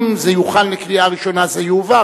אם זה יוכן לקריאה ראשונה זה יועבר,